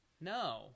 No